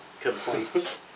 complaints